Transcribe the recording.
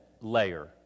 layer